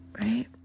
Right